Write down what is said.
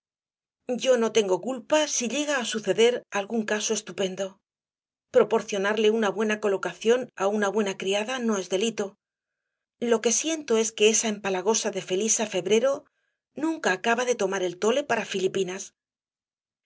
yo no tengo culpa si llega á suceder algún caso estupendo proporcionarle una buena colocación á una buena criada no es delito lo que siento es que esa empalagosa de felisa febrero nunca acaba de tomar el tole para filipinas era